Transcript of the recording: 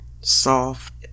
soft